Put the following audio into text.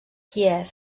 kíev